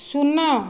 ଶୂନ